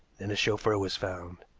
then a chauffeur was found.